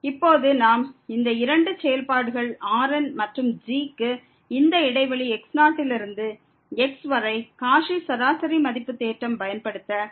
இப்போது நாம் இந்த இரண்டு செயல்பாடுகள் Rn மற்றும் g க்கு இந்த இடைவெளி x0 லிருந்து x வரை காச்சி சராசரி மதிப்பு தேற்றம் பயன்படுத்துகிறோம்